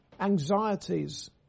anxieties